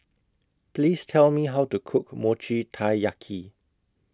Please Tell Me How to Cook Mochi Taiyaki